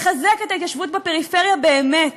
לחזק את ההתיישבות בפריפריה באמת,